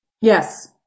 Yes